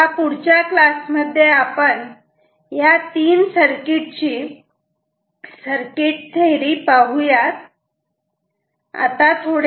आता पुढच्या क्लासमध्ये आपण या तीन सर्किट ची सर्किट थेअरी पाहुयात